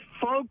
folks